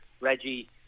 Reggie